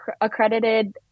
accredited